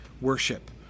worship